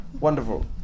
Wonderful